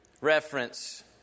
reference